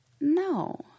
No